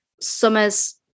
summer's